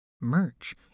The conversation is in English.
merch